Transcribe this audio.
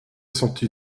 senti